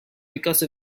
because